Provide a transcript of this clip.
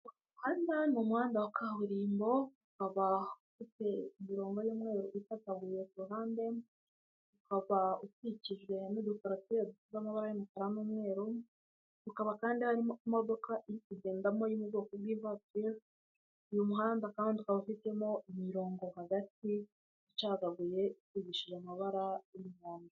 umuhanda, ni umuhanda wa kaburimbo, ukaba ufite imirongo y'umweru ica aha ku ruhande, ukaba ukikijwe n'udukorotire dufite amabara y'umukara n'umweru, ukaba kandi harimo imodoka iri kugendamo y'ubwoko bw'ivatire, uyu muhanda kandi ukaba ufitemo imirongo hagati icagaguye isigishije amabara y'umuhondo.